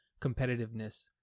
competitiveness